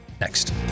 Next